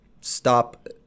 stop